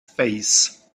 face